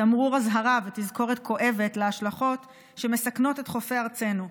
תמרור אזהרה ותזכורת כואבת להשלכות שמסכנות את חופי ארצנו.